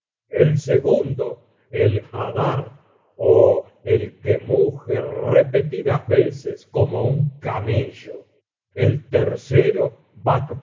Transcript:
el segundo el haddar ó el que muge repetidas veces como un camello el tercero